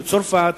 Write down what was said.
בצרפת,